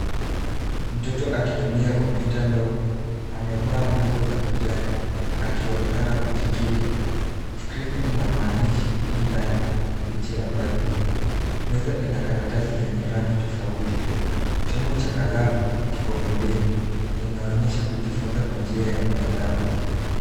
Mtoto akitumia kompyuta ndogo amevaa nguo za kijani akionekana kujikita. Skrini ina maandishi ya E-learning na picha ya balbu, meza ina karatasi yenye rangi tofauti, chombo cha kalamu kiko pembeni, inaonyesha kujjifunza kwa njia ya mtandao.